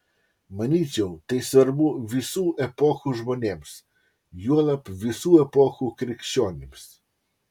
manyčiau tai svarbu visų epochų žmonėms juolab visų epochų krikščionims